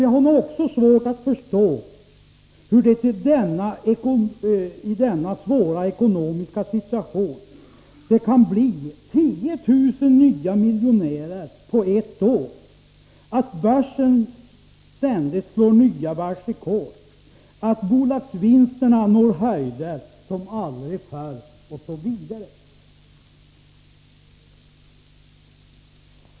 De har nog också svårt att förstå att det i denna svåra ekonomiska situation kan bli 10 000 nya miljonärer på ett år, att varslen ständigt slår nya världsrekord, att bolagsvinsterna når höjder som aldrig förr, osv.